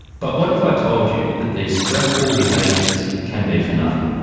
but what if i told you that these stressful behaviors can be for nothing?